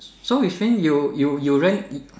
so which mean you you you rent